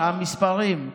המספרים,